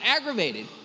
aggravated